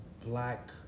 black